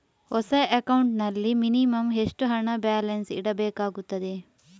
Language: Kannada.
ಹೊಸ ಅಕೌಂಟ್ ನಲ್ಲಿ ಮಿನಿಮಂ ಎಷ್ಟು ಹಣ ಬ್ಯಾಲೆನ್ಸ್ ಇಡಬೇಕಾಗುತ್ತದೆ?